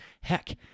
heck